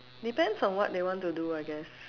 depends on what they want to do I guess